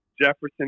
Jefferson